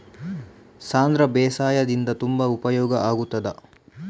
ಸಾಂಧ್ರ ಬೇಸಾಯದಿಂದ ತುಂಬಾ ಉಪಯೋಗ ಆಗುತ್ತದಾ?